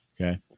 Okay